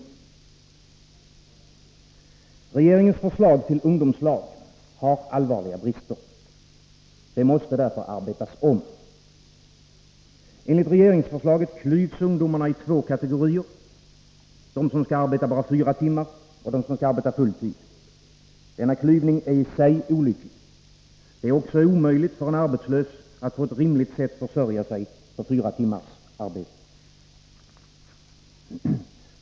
Regeringens förslag till ungdomslag har allvarliga brister. Det måste därför arbetas om. Enligt regeringsförslaget klyvs ungdomarna i två kategorier: de som skall arbeta bara fyra timmar och de som skall arbeta full tid. Denna klyvning är i sig olycklig. Det är också omöjligt för en i övrigt arbetslös att på ett rimligt sätt försörja sig på fyra timmars arbete.